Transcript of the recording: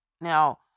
Now